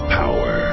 power